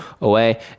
away